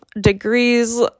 degrees